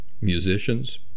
musicians